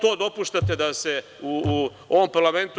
To dopuštate da se u ovom parlamentu…